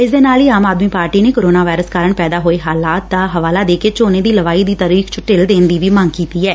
ਇਸ ਦੇ ਨਾਲ ਹੀ ਆਮ ਆਦਮੀ ਪਾਰਟੀ ਨੇ ਕੋਰੋਨਾ ਵਾਇਰਸ ਕਾਰਨ ਪੈਦਾ ਹੋਏ ਹਲਾਤਾਂ ਦਾ ਹਵਾਲਾ ਦੇ ਕੇ ਝੋਨੇ ਦੀ ਲਵਾਈ ਦੀ ਤਾਰੀਖ਼ ਚ ਢਿੱਲ ਦੇਣ ਦੀ ਵੀ ਮੰਗ ਕੀਤੀ ਐ